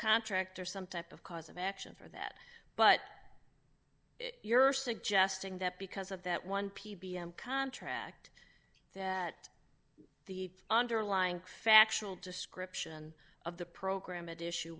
contract or some type of cause of action for that but you're suggesting that because of that one ppm contract that the underlying factual description of the program it issue